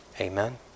Amen